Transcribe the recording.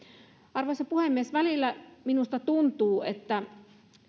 arvoisa puhemies välillä minusta tuntuu että